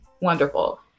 wonderful